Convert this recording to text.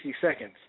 seconds